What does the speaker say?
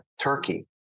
Turkey